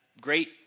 great